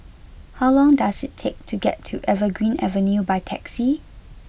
how long does it take to get to Evergreen Avenue by taxi